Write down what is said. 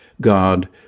God